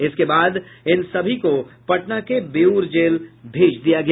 इसके बाद सभी को पटना के बेउर जेल भेज दिया गया